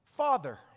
father